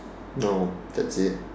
oh that's it